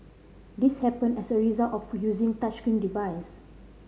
this happened as a result of using touchscreen device